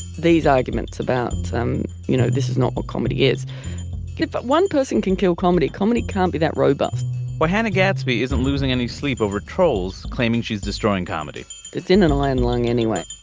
these arguments about um you know this is not a comedy is it but one person can kill comedy comedy can't be that robust ah hannah gatsby isn't losing any sleep over trolls claiming she's destroying comedy it's in an iron lung anyway.